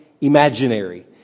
imaginary